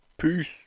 Peace